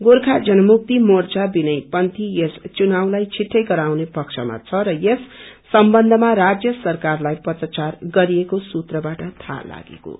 गोर्खा जनमुक्ति मोर्चा विनय पन्थी यस चुनावलाई छिट्टै गराउने पक्षमा छ र यस सम्बन्ध्मा राजय सरकारलाइ पत्राचार गरेको सूत्रबाट थाहा लागेको छ